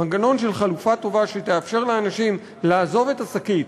מנגנון של חלופה טובה שתאפשר לאנשים לעזוב את השקית,